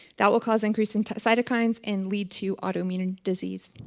that will cause increase in cytokines and lead to autoimmune disease.